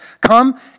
come